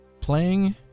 playing